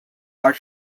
are